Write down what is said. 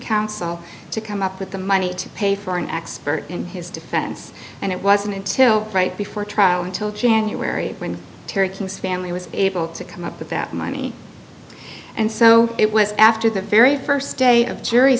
counsel to come up with the money to pay for an expert in his defense and it wasn't until right before trial until january when terry king family was able to come up with that money and so it was after the very first day of jury